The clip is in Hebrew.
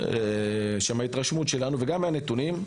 שמההתרשמות שלנו וגם מהנתונים,